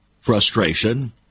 frustration